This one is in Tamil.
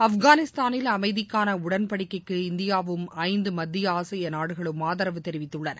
ஆப்கானிஸ்தானில் அமைதிக்கானஉடன்படிக்கைக்கு இந்தியாவும் ஐந்துமத்தியஆசியநாடுகளும் ஆதரவு தெரிவித்துள்ளன